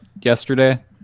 yesterday